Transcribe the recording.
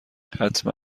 حتما